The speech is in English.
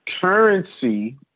currency